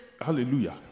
hallelujah